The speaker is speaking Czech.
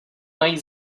najít